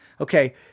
Okay